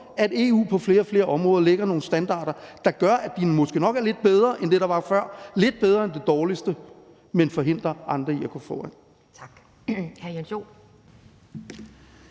at EU på flere og flere områder sætter nogle standarder, som måske nok er lidt bedre end det, der var før – lidt bedre end det dårligste – men som forhindrer andre i at gå foran.